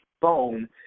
phone